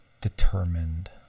determined